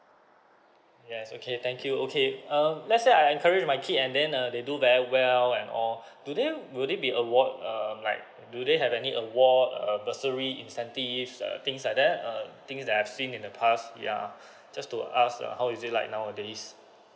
yes okay thank you okay um let's say I encourage my kid and then uh they do very well and all do they will they be award um like do they have any award uh bursary incentive uh things like that uh things that I've seen in the past yeah just to ask uh how is it like nowadays